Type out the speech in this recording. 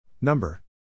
Number